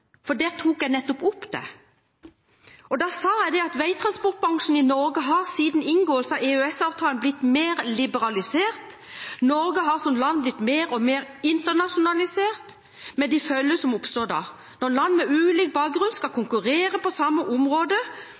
for der tok jeg nettopp opp dette. Da sa jeg at veitransportbransjen i Norge siden inngåelsen av EØS-avtalen har blitt mer liberalisert, og at Norge som land har blitt mer og mer internasjonalisert, med de følger som da oppstår. Når land med ulik bakgrunn skal konkurrere på samme område,